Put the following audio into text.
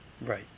Right